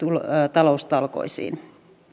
taloustalkoisiin